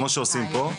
כמו שעושים פה,